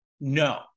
No